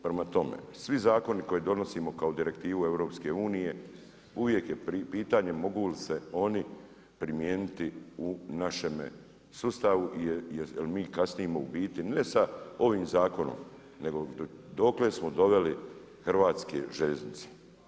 Prema tome, svi zakoni koji donosimo kao direktivu EU-a, uvijek je pitanje mogu li se oni primijeniti u našemu sustavu, jer mi kasno u biti ne sa ovim zakonom, nego dokle smo doveli hrvatske željeznice.